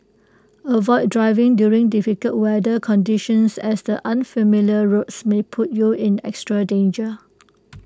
avoid driving during difficult weather conditions as the unfamiliar roads may put you in extra danger